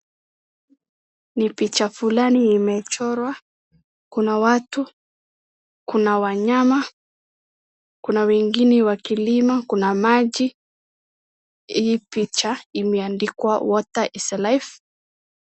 Ni picha fulani imechorwa kuna watu, kuna wanyama, kuna wengine wakilima, kuna maji. Hii picha imeandikwa Water is life .